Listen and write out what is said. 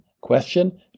question